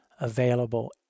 available